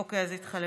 אוקיי, אז התחלף.